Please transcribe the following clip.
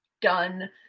done